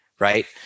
right